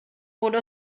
wurde